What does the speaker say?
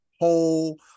whole